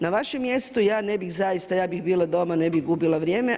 Na vašem mjestu ja ne bih zaista, ja bih bila doma, ne bih gubila vrijeme.